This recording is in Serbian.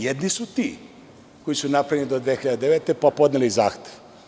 Jedni su ti koji su napravljeni do 2009. godine pa podneli zahtev.